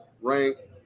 ranked